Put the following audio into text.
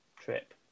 trip